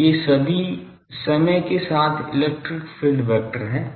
ये सभी समय के साथ इलेक्ट्रिक फील्ड वेक्टर हैं